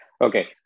Okay